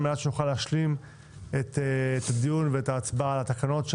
מנת שנוכל להשלים את הדיון ואת ההצבעה על התקנות.